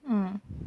mm